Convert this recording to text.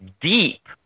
deep